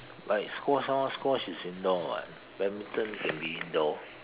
like squash all squash is indoor what badminton can be indoor